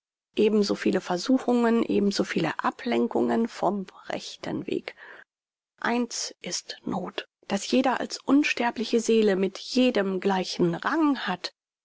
ebensoviele versuchungen ebensoviele ablenkungen vom rechten weg eins ist noth daß jeder als unsterbliche seele mit jedem gleichen rang hat